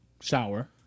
shower